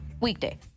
weekday